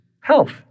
health